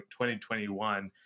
2021